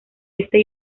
este